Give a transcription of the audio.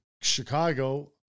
chicago